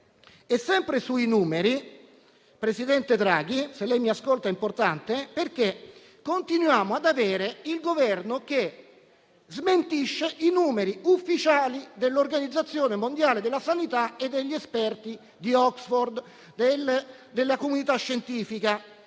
sempre sui numeri, signor Presidente Draghi: se mi ascolta, è importante. Continuiamo infatti ad avere un Governo che smentisce i numeri ufficiali dell'Organizzazione mondiale della sanità, degli esperti di Oxford e della comunità scientifica.